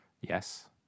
Yes